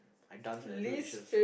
I dance when I do the dishes